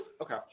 Okay